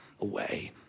away